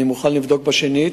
אני מוכן לבדוק בשנית.